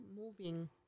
moving